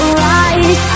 right